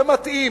זה מתאים.